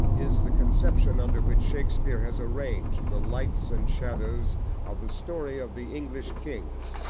is the conception under which shakespeare has arranged the lights and shadows of the story of the english kings,